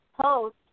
post